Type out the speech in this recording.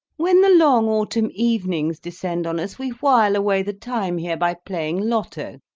when the long autumn evenings descend on us we while away the time here by playing lotto.